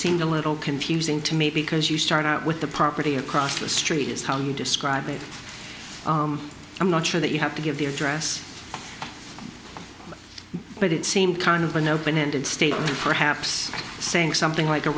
seemed a little confusing to me because you start out with the property across the street is how you describe it i'm not sure that you have to give the address but it seemed kind of an open ended states perhaps saying something like a